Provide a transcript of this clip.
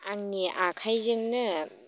आंनि आखाइजोंनो